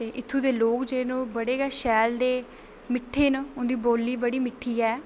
ते इत्थूं दे लोक जेह्ड़े न ओह् बड़े गै शैल ते मिट्ठे न उं'दी बोल्ली बड़ी मिट्ठी ऐ